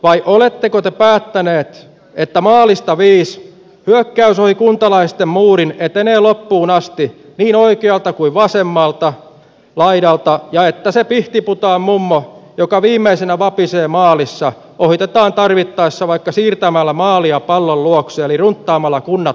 vai oletteko te päättäneet että maalista viis hyökkäys ohi kuntalaisten muurin etenee loppuun asti niin oikealta kuin vasemmalta laidalta ja että se pihtiputaan mummo joka viimeisenä vapisee maalissa ohitetaan tarvittaessa vaikka siirtämällä maalia pallon luokse eli runttaamalla kunnat puolipakolla yhteen